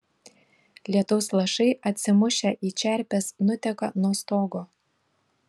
lietaus lašai atsimušę į čerpes nuteka nuo stogo